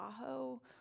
Tahoe